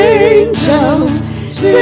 angels